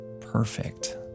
perfect